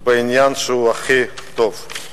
על זה שהוא הכי טוב.